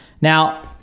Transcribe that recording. Now